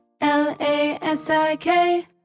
L-A-S-I-K